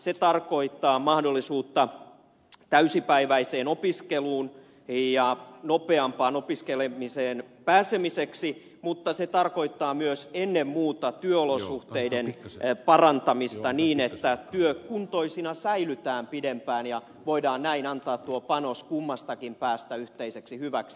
se tarkoittaa mahdollisuutta täysipäiväiseen opiskeluun ja nopeampaan opiskelemaan pääsemiseen mutta se tarkoittaa myös ennen muuta työolosuhteiden parantamista niin että työkuntoisina säilytään pidempään ja voidaan näin antaa tuo panos kummastakin päästä yhteiseksi hyväksi